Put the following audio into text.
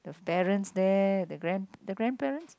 the parents there the grandp~ the grandparents